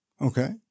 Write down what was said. Okay